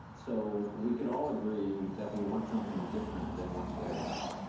so we could all agree that we want something different than what's there now.